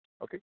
Okay